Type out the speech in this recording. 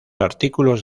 artículos